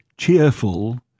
cheerful